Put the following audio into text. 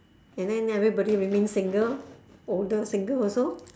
and then everybody remain single older single also